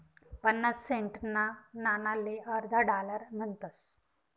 पन्नास सेंटना नाणाले अर्धा डालर म्हणतस